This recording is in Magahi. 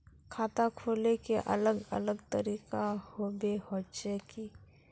खाता खोले के अलग अलग तरीका होबे होचे की?